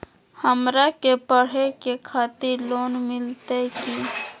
हमरा के पढ़े के खातिर लोन मिलते की?